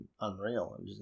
unreal